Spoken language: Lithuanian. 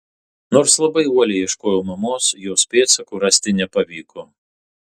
nors labai uoliai ieškojau mamos jos pėdsakų rasti nepavyko